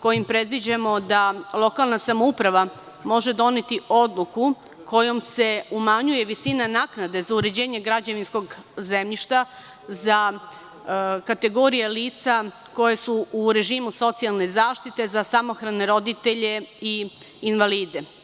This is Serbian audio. kojim predviđamo da lokalna samouprava može doneti odluku kojom se umanjuje visina naknade za uređenje građevinskog zemljišta za kategorije lica koja su u režimu socijalne zaštite, za samohrane roditelje i invalide.